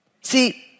See